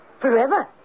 forever